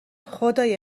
خدای